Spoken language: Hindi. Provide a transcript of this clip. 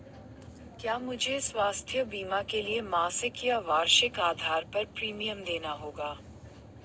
क्या मुझे स्वास्थ्य बीमा के लिए मासिक या वार्षिक आधार पर प्रीमियम देना होगा?